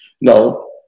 no